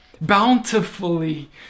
bountifully